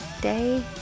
day